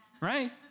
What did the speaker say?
right